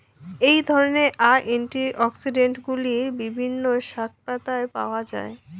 এই ধরনের অ্যান্টিঅক্সিড্যান্টগুলি বিভিন্ন শাকপাতায় পাওয়া য়ায়